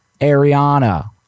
Ariana